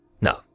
no